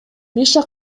миша